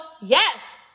yes